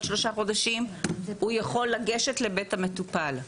שלושה חודשים הוא יכול לגשת לבית המטופל.